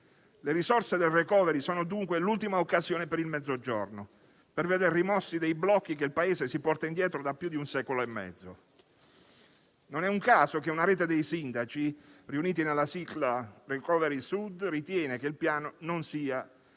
Le risorse del *recovery* *plan* sono dunque l'ultima occasione per il Mezzogiorno, per vedere rimossi quei blocchi che il Paese si porta dietro da oltre un secolo e mezzo. Non è un caso che una rete di sindaci - riuniti nella sigla *recovery* Sud - ritiene che il Piano non sia